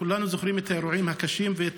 כולנו זוכרים את האירועים הקשים ואת